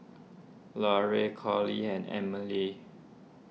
Larae Curley and Emile